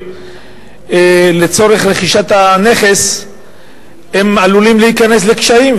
לצורך רכישת הנכס עלולות להיכנס לקשיים,